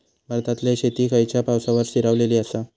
भारतातले शेती खयच्या पावसावर स्थिरावलेली आसा?